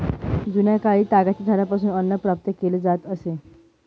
जुन्याकाळी तागाच्या झाडापासून अन्न प्राप्त केले जात असे